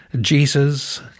Jesus